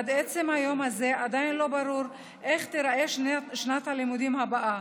עד עצם היום הזה לא ברור איך תיראה שנת הלימודים הבאה,